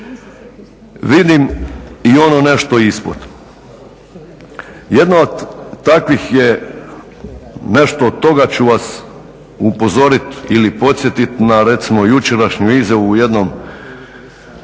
vidim i ono nešto ispod. Jedna od takvih je nešto od toga ću vas upozoriti ili podsjetiti na recimo jučerašnju izjavu u jednom